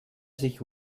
sich